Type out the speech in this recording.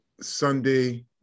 Sunday